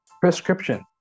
prescription